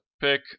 pick